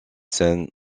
scènes